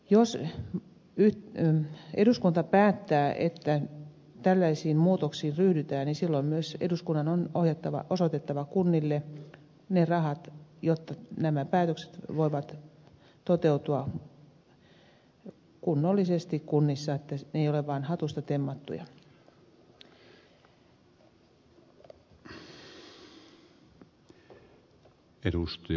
jos eduskunta päättää että tällaisiin muutoksiin ryhdytään niin silloin myös eduskunnan on osoitettava kunnille ne rahat jotta nämä päätökset voivat toteutua kunnollisesti kunnissa että ne eivät ole vain hatusta temmattuja